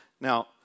Now